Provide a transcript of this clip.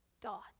dot